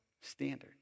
Standard